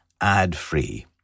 ad-free